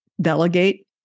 delegate